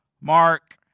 Mark